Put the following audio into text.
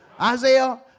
Isaiah